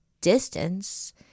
distance